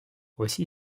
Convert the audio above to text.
aussi